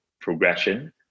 progression